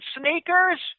sneakers